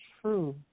true